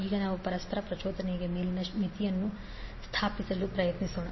ಈಗ ನಾವು ಪರಸ್ಪರ ಪ್ರಚೋದನೆಗೆ ಮೇಲಿನ ಮಿತಿಯನ್ನು ಸ್ಥಾಪಿಸಲು ಪ್ರಯತ್ನಿಸೋಣ